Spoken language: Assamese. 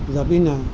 যাবি নে